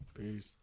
Peace